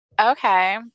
okay